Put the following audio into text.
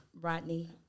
Rodney